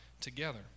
together